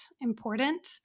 important